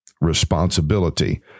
responsibility